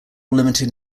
limited